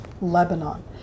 Lebanon